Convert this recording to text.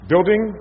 Building